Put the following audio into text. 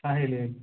ಹಾಂ ಹೇಳಿ ಹೇಳಿ